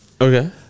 Okay